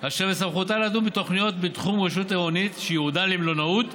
אשר בסמכותה לדון בתוכניות בתחום רשות עירונית שייעודן למלונאות.